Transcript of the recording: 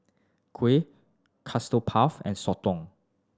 Kuih Custard Puff and Soto